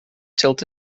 tilted